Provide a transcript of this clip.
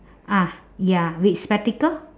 ah ya with spectacle